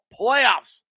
playoffs